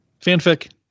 Fanfic